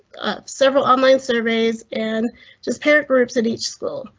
several online surveys an just parent groups at each school